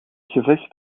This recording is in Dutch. gevecht